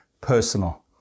personal